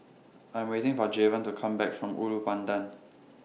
I'm waiting For Jayvon to Come Back from Ulu Pandan